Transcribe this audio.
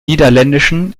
niederländischen